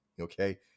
okay